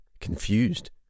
confused